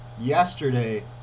yesterday